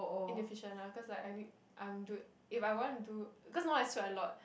inefficient ah cause like I need I'm do if I want do cause now I sweat a lot